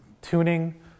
tuning